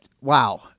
wow